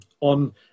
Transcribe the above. on